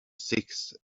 sixth